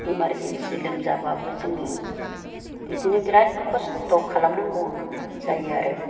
emergency लोमजाबाबो जोङो बिदिनो बिरात खस्त' खालामनांगौ जायो आरो